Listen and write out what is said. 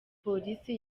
polisi